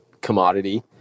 commodity